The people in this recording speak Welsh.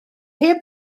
heb